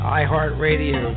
iHeartRadio